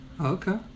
Okay